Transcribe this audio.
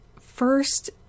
first